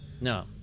No